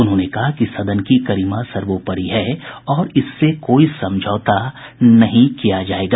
उन्होंने कहा कि सदन की गरिमा सर्वोपरि है और इससे कोई समझौता नहीं किया जायेगा